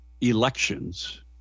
Elections